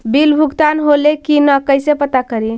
Bill भुगतान होले की न कैसे पता करी?